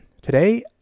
today